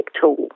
tool